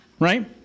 Right